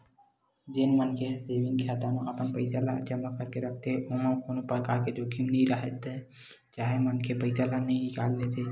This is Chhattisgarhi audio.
जेन मनखे मन ह सेंविग खाता म अपन पइसा ल जमा करके रखथे ओमा कोनो परकार के जोखिम नइ राहय जब चाहे मनखे पइसा निकाल लेथे